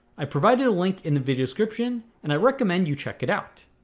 i provided a link in the video description and i recommend you check it out